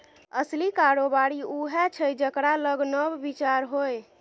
असली कारोबारी उएह छै जेकरा लग नब विचार होए